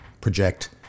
project